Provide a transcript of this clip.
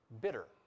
bitter